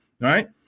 right